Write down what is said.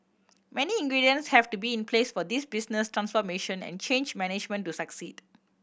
many ingredients have to be in place for this business transformation and change management to succeed